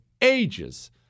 ages